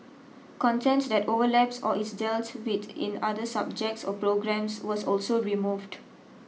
content that overlaps or is dealt with in other subjects or programmes was also removed